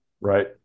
Right